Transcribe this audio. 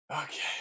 okay